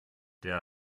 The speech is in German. der